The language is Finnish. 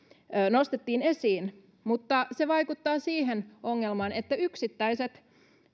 nostettiin esiin mutta se vaikuttaa siihen ongelmaan että yksittäiset